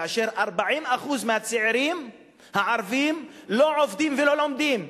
כאשר 40% מהצעירים הערבים לא עובדים ולא לומדים,